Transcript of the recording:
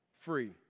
free